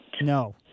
No